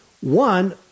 One